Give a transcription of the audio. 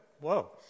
Whoa